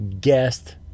guest